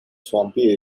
swampy